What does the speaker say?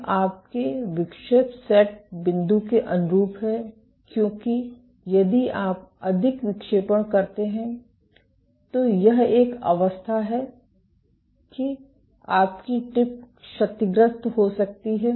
यह आपके विक्षेप सेट बिंदु के अनुरूप है क्योंकि यदि आप अधिक विक्षेपण करते हैं तो यह एक अवस्था है कि आपकी टिप क्षतिग्रस्त हो सकती है